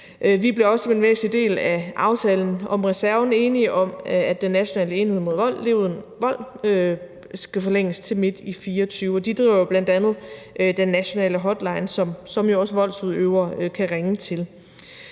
Vi blev som en væsentlig del af aftalen om reserven også enige om, at den nationale enhed mod vold, Lev Uden Vold, skal forlænges til midt i 2024. De driver jo bl.a. den nationale hotline, som også voldsudøvere kan ringe til.